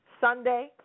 Sunday